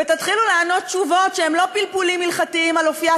ותתחילו לענות תשובות שהן לא פלפולים הלכתיים על אופייה